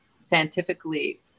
scientifically